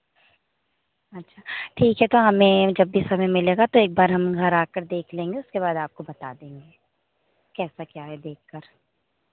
अच्छा ठीक है तो हमे जब भी समय मिलेगा तो एक बार हम घर आ कर देख लेंगे उसके बाद आपको बता देंगे कैसा क्या है देख कर